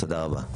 תודה רבה.